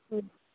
हुन्छ